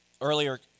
earlier